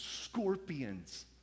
scorpions